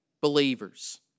believers